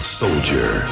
soldier